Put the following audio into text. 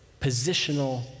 positional